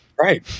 right